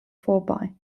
vorbei